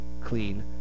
clean